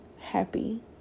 happy